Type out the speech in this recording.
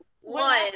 One